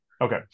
Okay